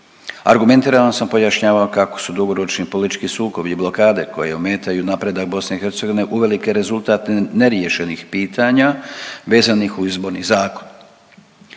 Argumentirano sam pojašnjavao kako su dugoročni politički sukobi i blokade koje ometaju napredak BiH uvelike rezultat neriješenih pitanja vezanih uz izborni zakon